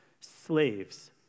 Slaves